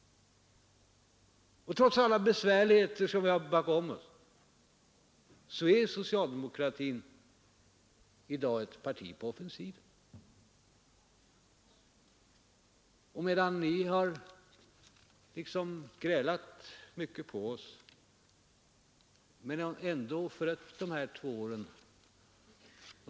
Trots alla besvärligheter som vi har bakom oss är socialdemokratin i dag ett parti på offensiven. Medan ni har grälat mycket på oss har ni ändå liksom förött de här två åren.